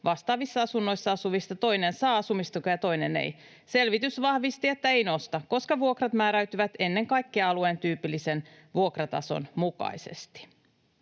vastaavissa asunnoissa asuvista toinen saa asumistukea ja toinen ei. Selvitys vahvisti, että ei nosta, koska vuokrat määräytyvät ennen kaikkea alueen tyypillisen vuokratason mukaisesti.”